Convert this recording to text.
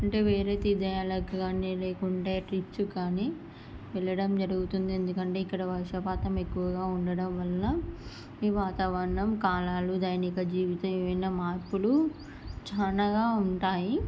అంటే వేరే తీర్ధయాలకు కానీ లేకుంటే ట్రిప్స్ కానీ వెళ్ళడం జరుగుతుంది ఎందుకంటే ఇక్కడ వర్షపాతం ఎక్కువగా ఉండడం వల్ల ఈ వాతావరణం కాలాలు దైనిక జీవితం ఇవిన్న మార్పులు చాలాగా ఉంటాయి